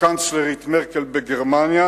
הקנצלרית מרקל בגרמניה,